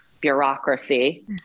bureaucracy